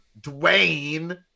dwayne